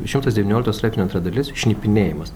šimtas devyniolikto straipsnio antra dalis šnipinėjimas